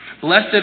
Blessed